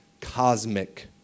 cosmic